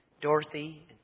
Dorothy